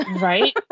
Right